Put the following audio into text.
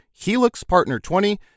helixpartner20